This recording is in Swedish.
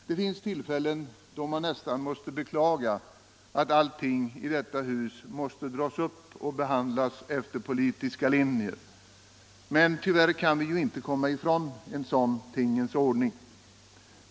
Det finns tillfällen då man nästan beklagar att allting i detta hus måste dras upp och behandlas efter politiska linjer. Tyvärr kan vi inte komma ifrån en sådan tingens ordning.